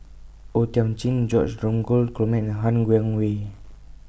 O Thiam Chin George Dromgold Coleman and Han Guangwei